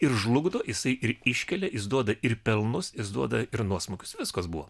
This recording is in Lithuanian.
ir žlugdo jisai ir iškelia jis duoda ir pelnus išduoda ir nuosmukius viskas buvo